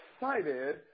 excited